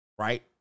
right